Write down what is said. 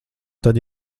tad